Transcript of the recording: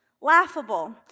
laughable